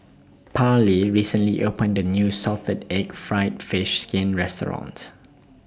Parlee recently opened A New Salted Egg Fried Fish Skin Restaurant